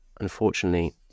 unfortunately